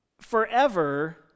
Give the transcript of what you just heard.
forever